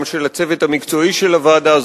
גם של הצוות המקצועי של הוועדה,